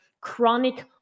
chronic